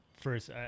First